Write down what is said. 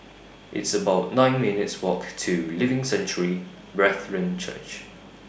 It's about nine minutes' Walk to Living Sanctuary Brethren Church